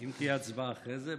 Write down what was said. אם תהיה הצבעה אחרי זה,